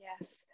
Yes